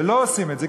ולא עושים את זה,